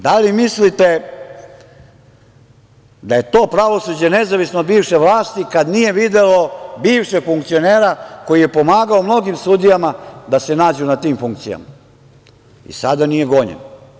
Da li mislite da je to pravosuđe nezavisno od bivše vlasti kad nije videlo bivšeg funkcionera koji je pomagao mnogim sudijama da se nađu na tim funkcijama i sada nije gonjen?